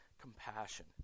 compassion